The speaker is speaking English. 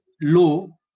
low